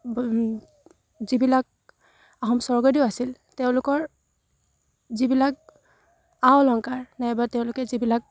যিবিলাক আহোম স্বৰ্গদেউ আছিল তেওঁলোকৰ যিবিলাক আ অলংকাৰ নাইবা তেওঁলোকে যিবিলাক